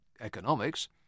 economics